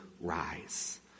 rise